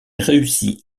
réussit